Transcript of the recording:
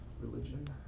Religion